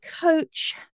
coach